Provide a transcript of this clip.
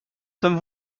sommes